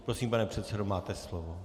Prosím, pane předsedo, máte slovo.